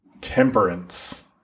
Temperance